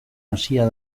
hasia